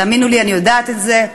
תאמינו לי, אני יודעת את זה.